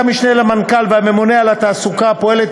1. לשכת המשנה למנכ"ל והממונה על התעסוקה הפועלת